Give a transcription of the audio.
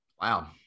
Wow